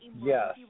Yes